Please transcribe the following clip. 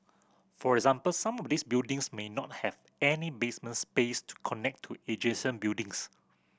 for example some of these buildings may not have any basement space to connect to adjacent buildings